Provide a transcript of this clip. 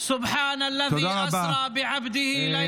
תוסיף מהקוראן, שתהיה איזו אסמכתה.